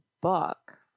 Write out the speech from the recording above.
book